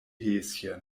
häschen